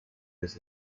his